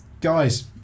guys